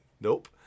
Nope